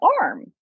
arm